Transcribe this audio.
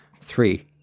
three